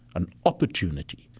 an opportunity,